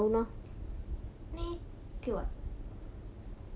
neh okay [what]